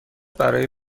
برای